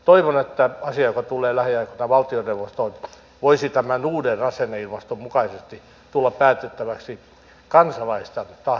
toivon että asia joka tulee lähiaikoina valtioneuvostoon voisi tämän uuden asenneilmaston mukaisesti tulla päätettäväksi kansalaisten tahdon mukaisesti